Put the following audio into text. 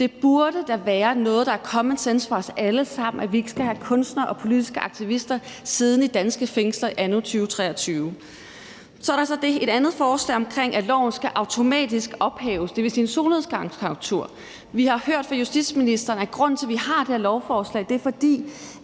Det burde da være noget, der er commonsense for os alle sammen, altså at vi ikke skal have kunstnere og politiske aktivister siddende i danske fængsler anno 2023. Så er der et andet forslag, der handler om, at loven automatisk skal ophæves; det vil sige, at der skal være en solnedgangsklausul. Vi har hørt fra justitsministeren, at grunden til, at det her lovforslag er blevet